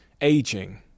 Aging